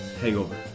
hangover